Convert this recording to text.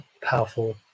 powerful